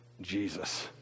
Jesus